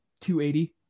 280